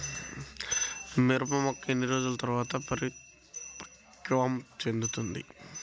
మిరప మొక్క ఎన్ని రోజుల తర్వాత పరిపక్వం చెందుతుంది?